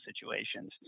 situations